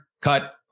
cut